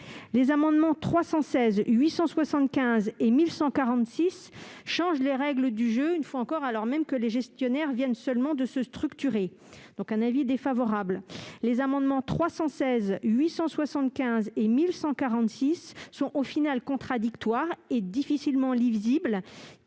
Les amendements n 1208 rectifié, 1905 et 1628 changent les règles du jeu une fois encore, alors même que les gestionnaires viennent seulement de se structurer. L'avis est donc défavorable. Les amendements n 316 rectifié bis et 1146 sont au final contradictoires et difficilement lisibles